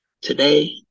Today